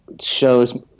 shows